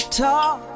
Talk